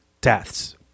deaths